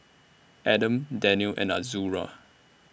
Adam Daniel and Azura